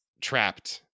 trapped